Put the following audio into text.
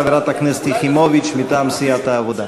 חברת הכנסת יחימוביץ מטעם סיעת העבודה.